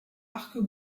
arcs